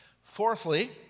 Fourthly